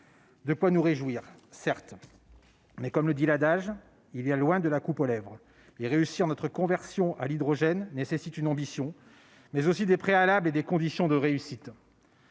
De quoi nous réjouir, certes, mais, comme le dit l'adage, il y a loin de la coupe aux lèvres et la réussite de notre conversion à l'hydrogène nécessite non seulement une ambition, mais également des préalables et des conditions de réussite.